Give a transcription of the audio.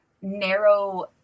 narrow